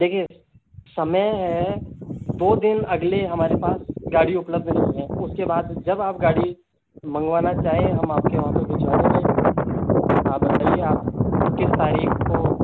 देखिए समय है दो दिन अगले हमारे पास गाड़ी उपलब्ध नहीं है उसके बाद जब आप गाड़ी मंगवाना चाहे हम आपके वहाँ पे भिजवा देंगे आप बताइए आपको किस तारीख को